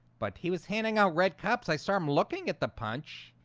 but he was handing out red cups i start looking at the punch.